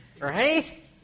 right